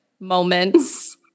moments